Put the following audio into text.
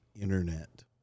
internet